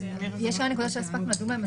יש נקודות שלא הספקנו לדון עליהם,